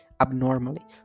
Abnormally